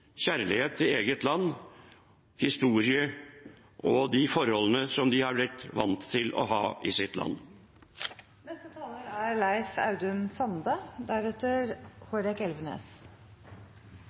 kjærlighet til eget land, egen historie og de forholdene de har blitt vant til å ha i sitt land. Eg òg synest statsråden heldt ei god utanrikspolitisk utgreiing, og eg er